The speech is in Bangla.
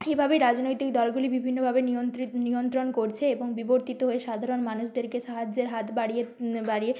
এইভাবেই রাজনৈতিক দলগুলি বিভিন্নভাবে নিয়ন্ত্রণ করছে এবং বিবর্তিত হয়ে সাধারণ মানুষদেরকে সাহায্যের হাত বাড়িয়ে বাড়িয়ে